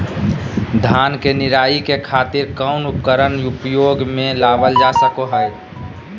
धान के निराई के खातिर कौन उपकरण उपयोग मे लावल जा सको हय?